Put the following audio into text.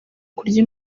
kurya